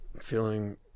feeling